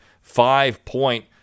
five-point